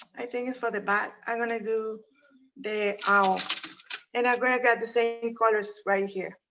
i think it's for the bat, i'm gonna do the owl and gonna grab the same colors right here,